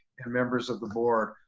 and members of the board.